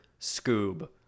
Scoob